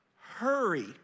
hurry